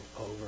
over